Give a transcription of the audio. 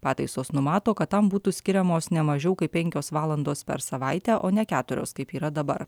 pataisos numato kad tam būtų skiriamos ne mažiau kaip penkios valandos per savaitę o ne keturios kaip yra dabar